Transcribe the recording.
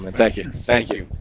um thank you. thank you.